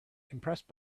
impressed